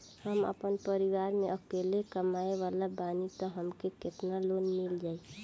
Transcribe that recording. हम आपन परिवार म अकेले कमाए वाला बानीं त हमके केतना लोन मिल जाई?